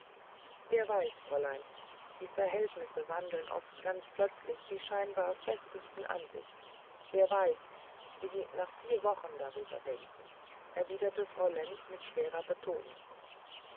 wer weiß fräulein die verhältnisse wandeln oft ganz plötzlich die scheinbar festesten ansichten wer weiß wie sie nach vier wochen darüber denken erwiderte frau lenz mit schwerer betonung